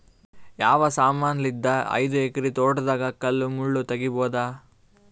ಯಾವ ಸಮಾನಲಿದ್ದ ಐದು ಎಕರ ತೋಟದಾಗ ಕಲ್ ಮುಳ್ ತಗಿಬೊದ?